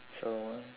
so